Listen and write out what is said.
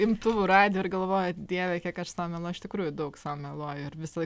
imtuvų radijo ir galvoja dieve kiek aš sau meluoju iš tikrųjų daug sau meluoju ir visąlaik